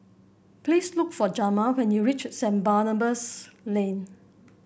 please look for Jamar when you reach Saint Barnabas Lane